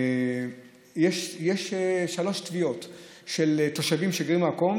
יש שלוש תביעות של תושבים שגרים במקום